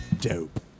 dope